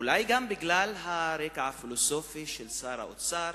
אולי גם בגלל הרקע הפילוסופי של שר האוצר